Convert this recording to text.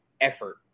effort